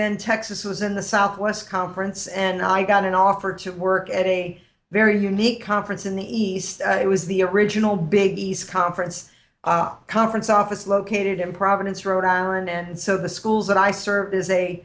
then texas was in the southwest conference and i got an offer to work at a very unique conference in the east it was the original big east conference conference office located in providence rhode island and so the schools that i serve is a